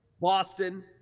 Boston